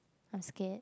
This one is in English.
I'm scared